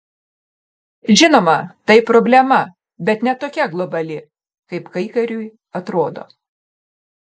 žinoma tai problema bet ne tokia globali kaip kaikariui atrodo